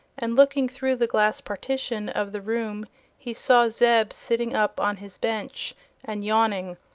and looking through the glass partition of the room he saw zeb sitting up on his bench and yawning.